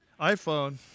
iPhone